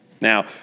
Now